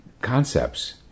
concepts